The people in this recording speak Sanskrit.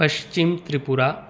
पश्चिमत्रिपुरा